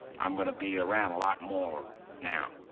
i'm going to be around a lot more now.